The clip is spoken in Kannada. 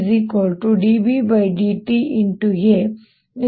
ಇದು EMFdBdtAelectric field×lengthof wireE